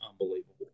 unbelievable